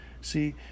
See